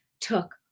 took